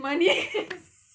yes